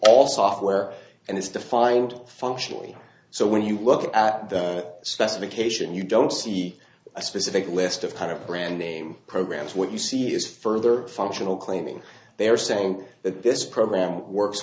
all software and it's defined functionally so when you look at the specification you don't see a specific list of kind of brand name programs what you see is further functional claiming they are saying that this program works